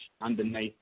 underneath